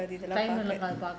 இழுக்காதுதான்:ilukaathuthaan